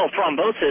thrombosis